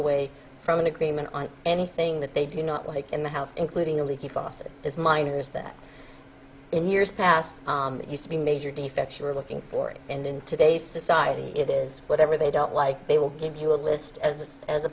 away from an agreement on anything that they do not like in the house including a leaky faucet as miners that in years past used to be major defects you were looking for it and in today's society it is whatever they don't like they will give you a list as